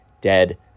dead